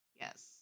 yes